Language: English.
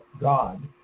God